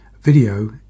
video